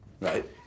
Right